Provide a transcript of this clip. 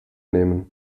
nehmen